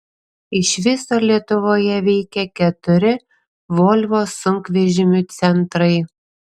iš viso lietuvoje veikia keturi volvo sunkvežimių centrai